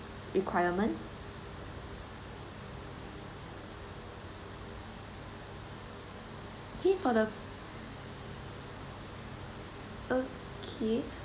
requirement okay for the okay